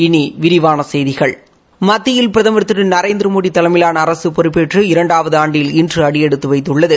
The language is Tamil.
இனி விரிவான செய்திகள் மத்தியில் பிரதமர் திரு நரேந்திரமோடி தலைமையிலாள அரசு பொறுப்பேற்று இரண்டாவது ஆண்டில் இன்று அடிபெடுத்து வைத்துள்ளது